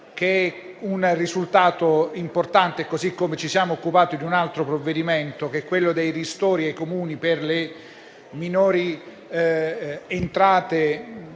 che è un risultato importante. Allo stesso modo ci siamo occupati di un altro provvedimento, quello dei ristori ai Comuni per le minori entrate